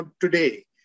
today